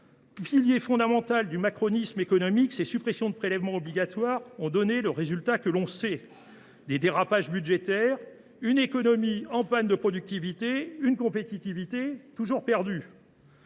Pilier fondamental du macronisme économique, le principe de ces suppressions de prélèvements obligatoires a donné les résultats que l’on sait : des dérapages budgétaires, une économie en panne de productivité, une compétitivité en berne.